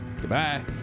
Goodbye